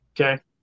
okay